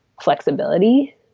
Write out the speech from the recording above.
flexibility